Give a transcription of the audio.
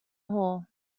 hall